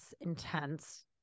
intense